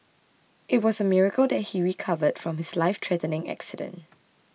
it was a miracle that he recovered from his life threatening accident